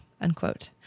unquote